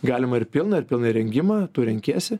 galima ir pilną ir pilną įrengimą tu renkiesi